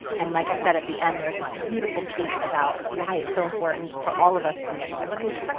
and, like i said, at the end there's a beautiful piece about why it's so important for all of us to make a difference.